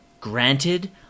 Granted